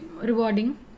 rewarding